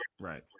Right